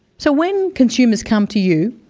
so when consumers come to you,